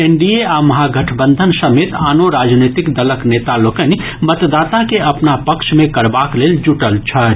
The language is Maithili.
एनडीए आ महागठबंधन समेत आनो राजनीतिक दलक नेता लोकनि मतदाता के अपना पक्ष मे करबाक लेल जुटल छथि